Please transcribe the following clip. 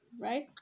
right